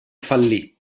fallì